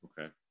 Okay